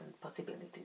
possibilities